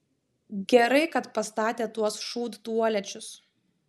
gerai kad pastatė tuos šūdtualečius